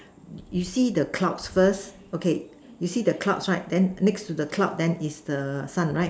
you see the clock first okay you see the clock fine then next the clock that is a fun right